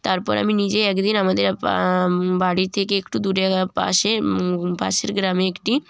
তারপর আমি নিজে একদিন আমাদের পা বাড়ি থেকে একটু দূরে পাশে পাশের গ্রামে একটি